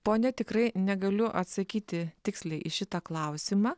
ponia tikrai negaliu atsakyti tiksliai į šitą klausimą